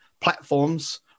platforms